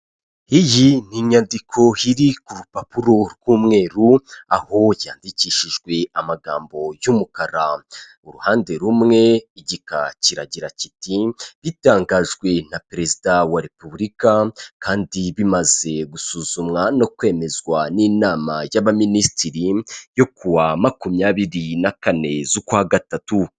Iyi ni inyandiko iri ku rupapuro rw'umweru, aho yandikishijwe amagambo y'umukara. Uruhande rumwe igika kiragira kiti: " Bitangajwe na Perezida wa Repubulika kandi bimaze gusuzumwa no kwemezwa n'inama y'Abaminisitiri yo kuwa makumyabiri na kane z'ukwa gatatu".